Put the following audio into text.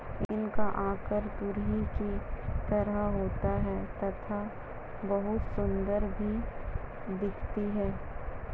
इनका आकार तुरही की तरह होता है तथा बहुत सुंदर भी दिखते है